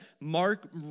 Mark